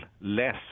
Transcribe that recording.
less